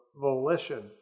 volition